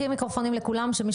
כן,